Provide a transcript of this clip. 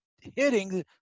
hitting